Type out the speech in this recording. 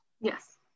Yes